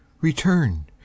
return